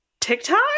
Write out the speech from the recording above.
TikTok